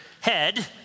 head